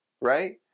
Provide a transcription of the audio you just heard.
Right